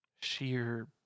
sheer